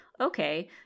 Okay